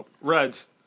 Reds